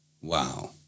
wow